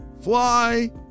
fly